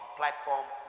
platform